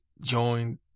joined